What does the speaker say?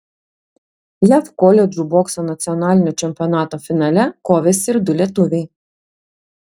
jav koledžų bokso nacionalinio čempionato finale kovėsi ir du lietuviai